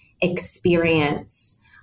experience